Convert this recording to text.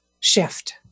shift